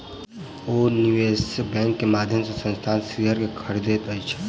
ओ निवेश बैंक के माध्यम से संस्थानक शेयर के खरीदै छथि